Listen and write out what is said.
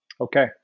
Okay